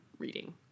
Reading